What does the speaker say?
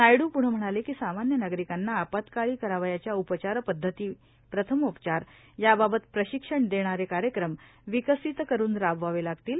वायदू प्रुढं म्हणाले की सामाब्य नागरिकांना आपत्काळी करावयाच्या उपचारपद्धती प्रथमोचार याबाबत प्रशिक्षण देणारे कार्यक्रम विकसित करुव राबवावे लागतील